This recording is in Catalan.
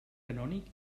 canònic